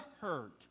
hurt